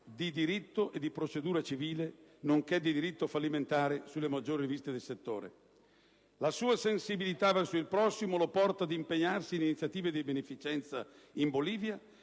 di diritto e di procedura civile, nonché di diritto fallimentare sulle maggiori riviste di settore. La sua sensibilità verso il prossimo lo porta ad impegnarsi in iniziative di beneficenza in Bolivia